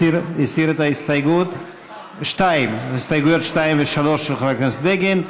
הסיר את הסתייגויות 2 ו-3, חבר הכנסת בגין.